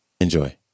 Enjoy